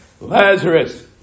Lazarus